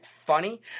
funny